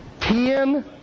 ten